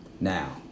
Now